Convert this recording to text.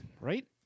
Right